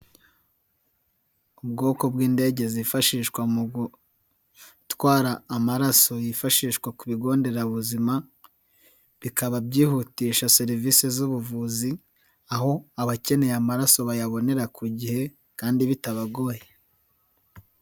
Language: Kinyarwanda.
Ubwoko bw'indege zifashishwa mu gutwara amaraso yifashishwa ku bigo nderabuzima, bikaba byihutisha serivisi zubuvuzi, aho abakeneye amaraso bayabonera ku gihe kandi bitabagoye.